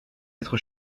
être